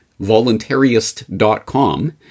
voluntarist.com